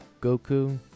Goku